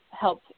help